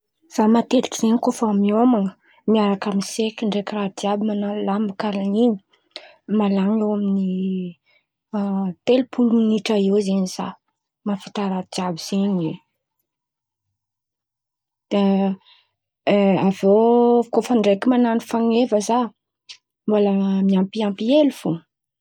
Zah matetiky zen̈y koa fa mihôman̈a miaraka miseky ndraiky raha jiàby miaraka man̈ano lamba karà in̈y, malany eo amin̈'ny telopolo minitra eo zen̈y zah vita raha jiàby zen̈y. Aveo koa fa ndraiky man̈ano fan̈eva zah mbola miampiampy hely fo.